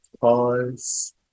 pause